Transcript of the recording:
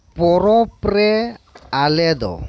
ᱯᱚᱨᱚᱵᱽ ᱨᱮ ᱟᱞᱮᱫᱚ